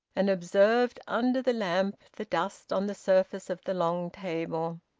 and observed, under the lamp, the dust on the surface of the long table.